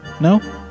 No